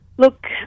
Look